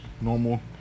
normal